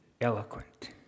eloquent